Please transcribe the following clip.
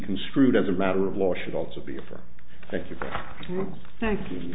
construed as a matter of law should also be for thank you thank you